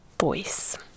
voice